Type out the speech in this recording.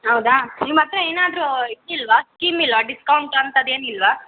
ಹೌದಾ ನಿಮ್ಮ ಹತ್ರ ಏನಾದರೂ ಇದು ಇಲ್ಲವಾ ಸ್ಕೀಮ್ ಇಲ್ಲವಾ ಡಿಸ್ಕೌಂಟ್ ಅಂಥದ್ದು ಏನಿಲ್ಲವಾ